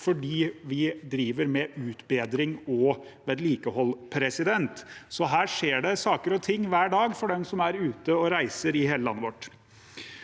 fordi vi driver med utbedring og vedlikehold. Her skjer det saker og ting hver dag for dem som er ute og reiser i hele landet vårt.